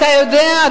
אתה יודע,